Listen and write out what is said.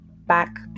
back